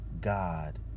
God